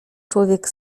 człowiek